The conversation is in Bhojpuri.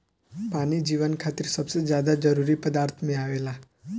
पानी जीवन खातिर सबसे ज्यादा जरूरी पदार्थ में आवेला